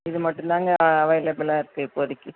இது மட்டும் தாங்க அவைலபுளாக இருக்கு இப்போதிக்கு